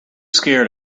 scared